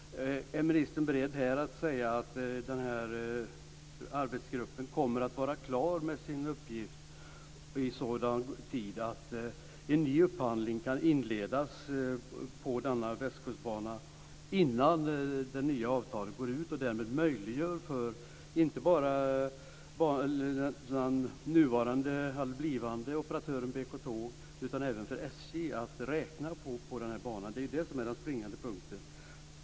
Är ministern beredd att här säga att arbetsgruppen kommer att vara klar med sin uppgift i sådan tid att en ny upphandling kan inledas på Västkustbanan innan det nya avtalet går ut och därmed möjliggör för inte bara blivande operatör BK Tåg utan även för SJ att räkna på den här banan? Det är den springande punkten.